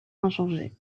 inchangés